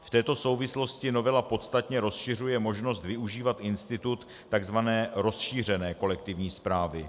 V této souvislosti novela podstatně rozšiřuje možnost využívat institut takzvané rozšířené kolektivní správy.